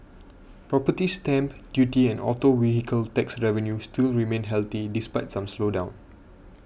property stamp duty and auto vehicle tax revenue still remain healthy despite some slowdown